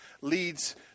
leads